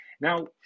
Now